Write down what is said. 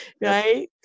right